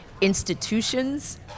institutions